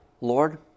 Lord